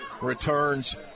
returns